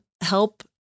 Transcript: help